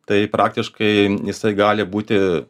tai praktiškai jisai gali būti